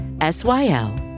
S-Y-L